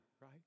right